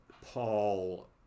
Paul